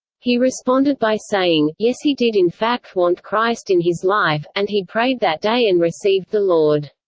he responded by saying, yes he did in fact want christ in his life and he prayed that day and received the lord.